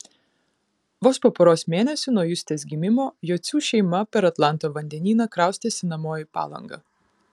vos po poros mėnesių nuo justės gimimo jocių šeima per atlanto vandenyną kraustėsi namo į palangą